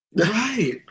Right